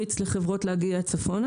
חבר הכנסת, אני קורא אותך לסדר פעם ראשונה.